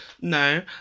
No